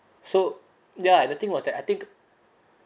so ya and the thing was that I think